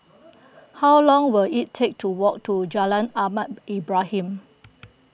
how long will it take to walk to Jalan Ahmad Ibrahim